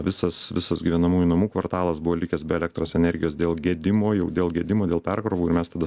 visas visas gyvenamųjų namų kvartalas buvo likęs be elektros energijos dėl gedimo jau dėl gedimo dėl perkrovų ir mes tada